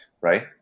right